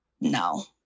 no